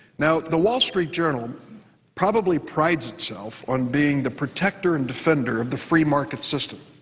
now, the wall street journal probably prides itself on being the protector and defender of the free market system.